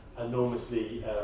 enormously